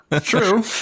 True